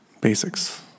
basics